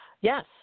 Yes